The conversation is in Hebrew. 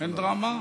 אין דרמה?